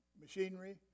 machinery